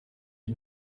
die